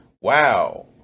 Wow